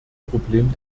problem